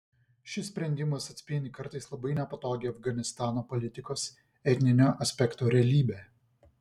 šis sprendimas atspindi kartais labai nepatogią afganistano politikos etninio aspekto realybę